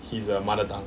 his uh mother tongue